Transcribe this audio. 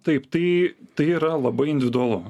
taip tai tai yra labai individualu